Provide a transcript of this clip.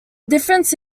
difference